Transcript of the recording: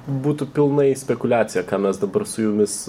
būtų pilnai spekuliacija ką mes dabar su jumis